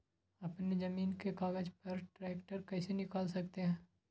अपने जमीन के कागज पर ट्रैक्टर कैसे निकाल सकते है?